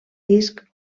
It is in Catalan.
disc